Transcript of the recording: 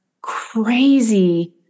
crazy